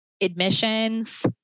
admissions